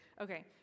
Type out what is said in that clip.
Okay